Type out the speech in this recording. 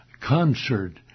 concert